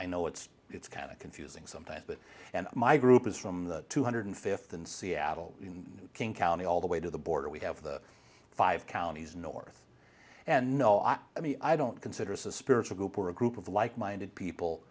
i know it's it's kind of confusing sometimes but and my group is from the two hundred fifth in seattle in king county all the way to the border we have the five counties north and no i i mean i don't consider is a spiritual group or a group of like minded people